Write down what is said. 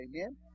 Amen